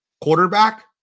quarterback